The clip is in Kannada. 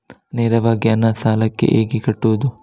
ನೇರವಾಗಿ ಹಣ ಸಾಲಕ್ಕೆ ಹೇಗೆ ಕಟ್ಟುವುದು?